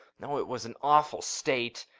oh, it was an awful state!